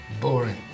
Boring